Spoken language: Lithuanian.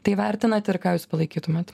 tai vertinat ir ką jūs palaikytumėt